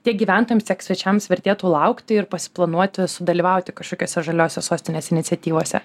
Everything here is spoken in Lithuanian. tiek gyventojams tiek svečiams vertėtų laukti ir prisiplanuoti sudalyvauti kažkokiose žaliosios sostinės iniciatyvose